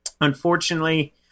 Unfortunately